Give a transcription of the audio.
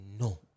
No